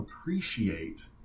appreciate